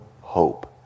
hope